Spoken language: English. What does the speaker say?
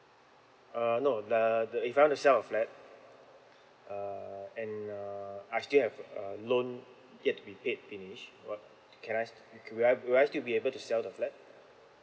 uh no uh if I wan to sell a flat uh and err I still have a loan yet to be paid finish what can I could I will I still be able to sell the flat